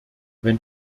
wenn